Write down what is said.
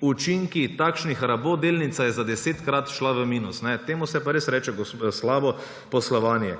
učinki takšnih rabot. Delnica je za desetkrat šla v minus. Temu se pa res reče slabo poslovanje.